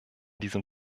diesem